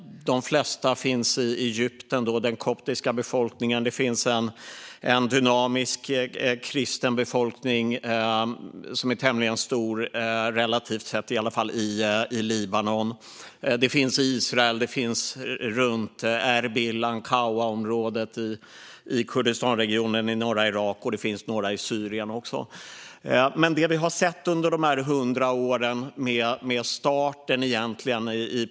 De flesta finns i Egypten, den koptiska befolkningen, och det finns en dynamisk kristen befolkning som är tämligen stor, relativt sett i alla fall, i Libanon. Det finns också kristna i Israel, runt Erbil och Ankawaområdet i Kurdistanregionen i norra Irak, och i Syrien finns det några också.